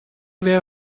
wer